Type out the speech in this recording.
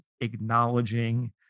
acknowledging